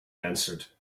answered